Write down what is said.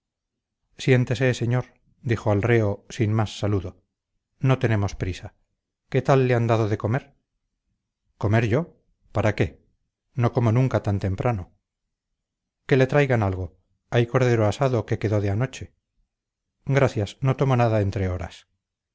siéntese señor dijo al reo sin más saludo no tenemos prisa qué tal le han dado de comer comer yo para qué no como nunca tan temprano que le traigan algo hay cordero asado que quedó de anoche gracias no tomo nada entre horas